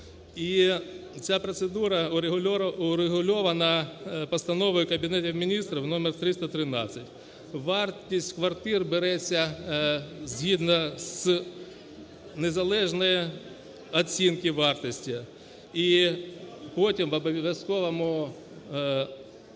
ця процедура врегульована постановою Кабінету Міністрів №313. Вартість квартир береться згідно з незалежної оцінки вартості і потім в обов'язковому порядку